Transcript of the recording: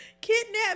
kidnap